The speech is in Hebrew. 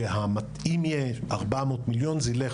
שאם יהיה 400 מיליון זה ילך,